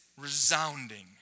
resounding